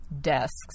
desks